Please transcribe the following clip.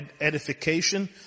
edification